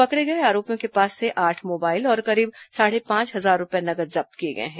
पकड़े गए आरोपियों के पास से आठ मोबाइल और करीब साढ़े पांच हजार रुपए नगद जब्त किए गए हैं